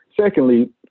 Secondly